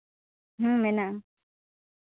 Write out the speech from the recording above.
ᱦᱮᱸ ᱢᱮᱱᱟᱜᱼᱟ